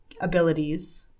abilities